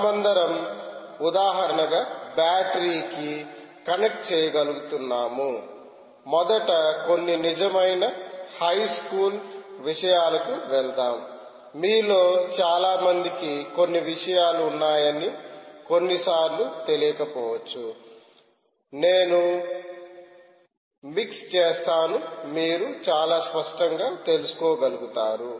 మనమందరం ఉదాహరణ గా బ్యాటరీ కి కనెక్ట్ చేయగలుగుతున్నాము మొదట కొన్ని నిజమైన హైస్కూల్ విషయాల కు వెళ్దాం మీలో చాలా మందికి కొన్ని విషయాలు ఉన్నాయని కొన్నిసార్లు తెలియకపోవచ్చు నేను రిఫరెన్స్ టైమ్ 0144 మిక్స్ చేస్తాను మీరు చాలా స్పష్టంగా తెలుసుకోగలుగుతారు